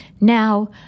Now